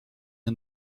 and